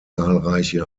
zahlreiche